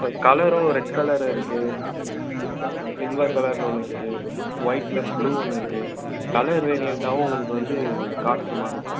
இப்போ கலரும் red colour இருக்கு அப்புறம் சில்வர் கலரில் ஒன்று இருக்கு ஒயிட்லஸ் ப்ளூ ஒன்று இருக்கு கலர் வேரிடியண்ட்டாகவும் உங்களுக்கு வந்து காஸ்ட்டு மாறும் சார்